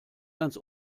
ganz